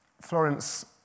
Florence